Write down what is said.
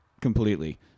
completely